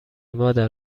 مادر